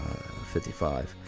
55